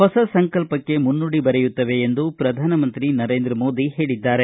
ಹೊಸ ಸಂಕಲ್ಪಕ್ಷೆ ಮುನ್ನುಡಿ ಬರೆಯುತ್ತವೆ ಎಂದು ಪ್ರಧಾನ ಮಂತ್ರಿ ನರೇಂದ್ರ ಮೋದಿ ಹೇಳಿದ್ದಾರೆ